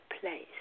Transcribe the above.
place